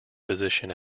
position